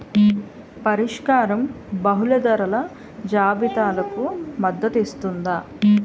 పరిష్కారం బహుళ ధరల జాబితాలకు మద్దతు ఇస్తుందా?